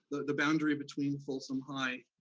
the boundary between folsom high,